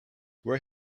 where